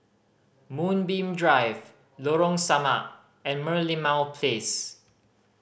Moonbeam Drive Lorong Samak and Merlimau Place